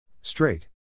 Straight